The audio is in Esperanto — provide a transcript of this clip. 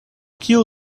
kiu